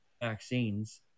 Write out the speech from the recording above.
Vaccines